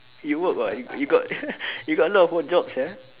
you work [what] you you got you got a lot of odd jobs uh